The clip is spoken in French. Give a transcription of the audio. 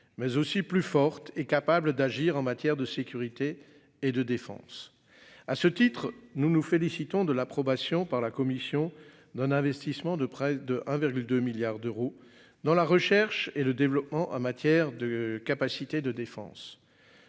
mais aussi plus forte et capable d'agir en matière de sécurité et de défense. À ce titre, nous nous félicitons de l'approbation par la commission d'un investissement de près de 1,2 milliards d'euros dans la recherche et le développement en matière de capacités de défense.